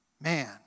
man